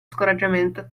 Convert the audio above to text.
scoraggiamento